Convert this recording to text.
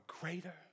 greater